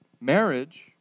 Marriage